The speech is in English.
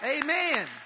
Amen